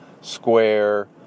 Square